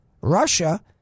Russia